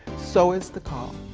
so is the call.